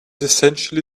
essentially